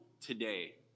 today